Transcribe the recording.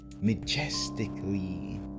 majestically